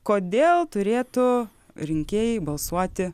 kodėl turėtų rinkėjai balsuoti